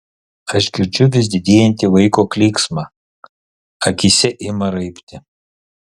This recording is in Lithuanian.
aš girdžiu vis didėjantį vaiko klyksmą akyse ima raibti